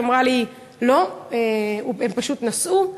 היא אמרה לי: לא, הם פשוט נסעו.